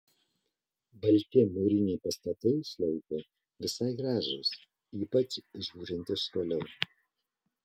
balti mūriniai pastatai iš lauko visai gražūs ypač žiūrint iš toliau